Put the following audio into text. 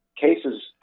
cases